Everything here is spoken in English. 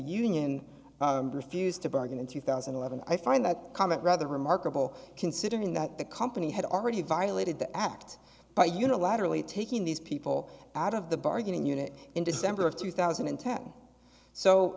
union refused to bargain in two thousand and eleven i find that comment rather remarkable considering that the company had already violated the act by unilaterally taking these people out of the bargaining unit in december of two thousand and ten